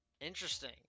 Interesting